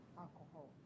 alcohol